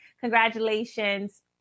Congratulations